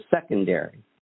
secondary